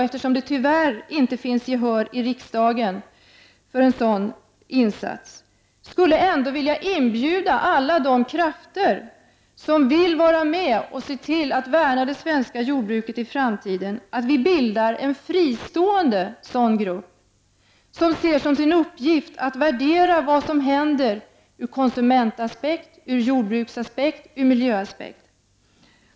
Eftersom vi tyvärr inte får gehör i riksdagen för en sådan insats skulle jag ändå vilja inbjuda alla dem som vill vara med och se till att vi värnar om det svenska jordbruket i framtiden att bilda en fristående grupp, som ser det som sin uppgift att värdera vad som händer ur konsumentaspekt, ur jordbruksaspekt och ur miljöaspekt.